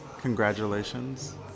congratulations